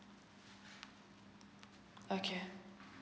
okay